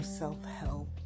self-help